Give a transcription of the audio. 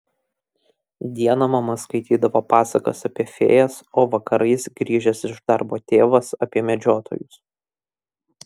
dieną mama skaitydavo pasakas apie fėjas o vakarais grįžęs iš darbo tėvas apie medžiotojus